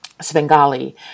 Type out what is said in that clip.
Svengali